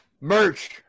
Merch